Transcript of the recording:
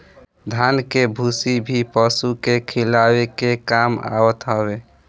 धान के भूसी भी पशु के खियावे के काम आवत हवे